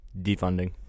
defunding